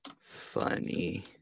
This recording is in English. Funny